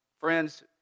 Friends